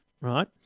right